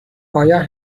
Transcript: آیا